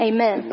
Amen